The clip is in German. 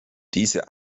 diese